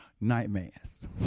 nightmares